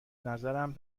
نظرم